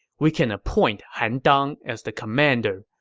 we can appoint han dang as the commander,